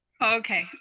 Okay